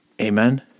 Amen